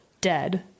dead